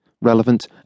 relevant